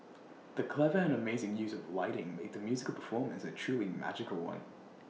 the clever and amazing use of lighting made the musical performance A truly magical one